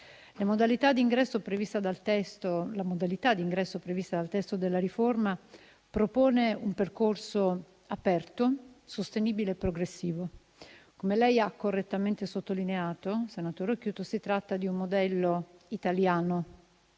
La modalità d'ingresso prevista dal testo della riforma propone un percorso aperto, sostenibile e progressivo. Come lei ha correttamente sottolineato, senatore Occhiuto, si tratta di un modello italiano,